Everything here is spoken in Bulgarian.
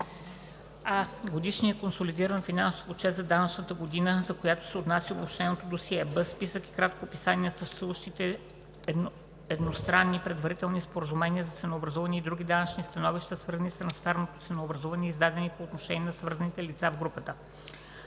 а) годишния консолидиран финансов отчет за данъчната година, за която се отнася обобщеното досие; б) списък и кратко описание на съществуващите едностранни предварителни споразумения за ценообразуване и други данъчни становища, свързани с трансферното ценообразуване, издадени по отношение на свързаните лица в групата.